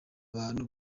bantu